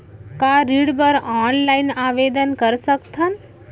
का ऋण बर ऑनलाइन आवेदन कर सकथन?